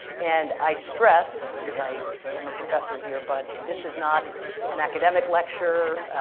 and i stress, because i am a professor here, but this is not an academic lecture.